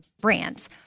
brands